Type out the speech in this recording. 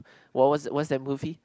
wh~ what's what's that movie